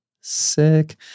Sick